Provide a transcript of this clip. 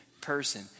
person